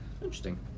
Interesting